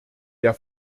der